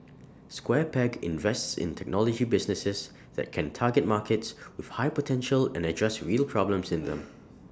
square peg invests in technology businesses that can target markets with high potential and address real problems in them